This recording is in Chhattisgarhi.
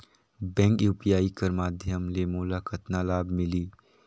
बैंक यू.पी.आई कर माध्यम ले मोला कतना लाभ मिली?